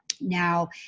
Now